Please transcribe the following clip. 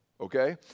okay